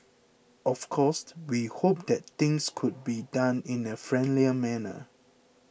of course we hope that things could be done in a friendlier manner